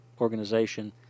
organization